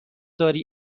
داری